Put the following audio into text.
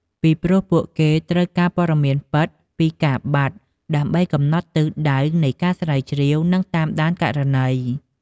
ពីព្រោះ ពួកគេត្រូវការព័ត៌មានពិតពីការបាត់ ដើម្បីកំណត់ទិសដៅនៃការស្រាវជ្រាវ និងតាមដានករណី។